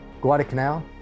Guadalcanal